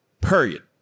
Period